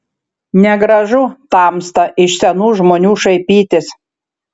negražu tamsta iš senų žmonių šaipytis